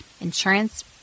insurance